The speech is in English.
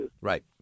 Right